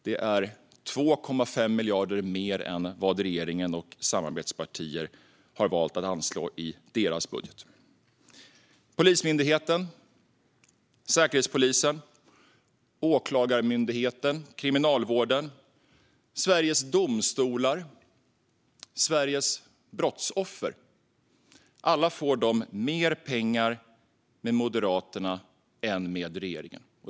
Det är 2,5 miljarder mer än vad regeringen och dess samarbetspartier har valt att anslå i sin budget. Polismyndigheten, Säkerhetspolisen, Åklagarmyndigheten, Kriminalvården, Sveriges Domstolar och Sveriges brottsoffer - alla får de mer pengar med Moderaterna än med regeringen.